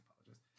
apologize